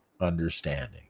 understanding